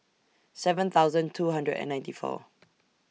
seven thousand two hundred and ninety four